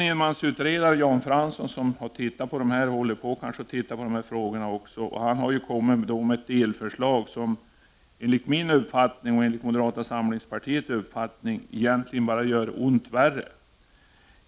Enmansutredaren Jan Fransson har studerat dessa frågor och lagt fram ett delförslag som enligt min och moderata samlingspartiets uppfattning egentligen bara gör ont värre.